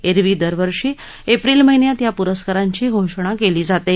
एरवी दरवर्षी एप्रिल महिन्यात या पुरस्कारांची घोषणा केली जाते